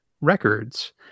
records